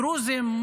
דרוזים,